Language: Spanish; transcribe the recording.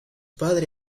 padre